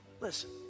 listen